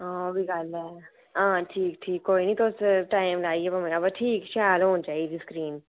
हां ओह् बी गल्ल ऐ